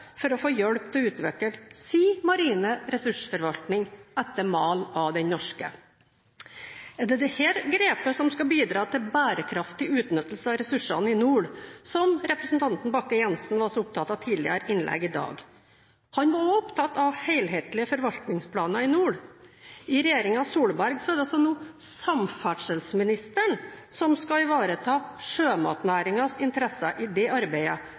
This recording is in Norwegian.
for å få hjelp til å utvikle sin marine ressursforvaltning etter mal av den norske. Er det dette grepet som skal bidra til bærekraftig utnyttelse av ressursene i nord, som representanten Bakke-Jensen var så opptatt av i tidligere innlegg i dag? Han var også opptatt av helhetlige forvaltningsplaner i nord. I regjeringen Solberg er det nå samferdselsministeren som skal ivareta sjømatnæringens interesser i dette arbeidet,